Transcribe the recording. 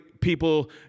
people